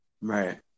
Right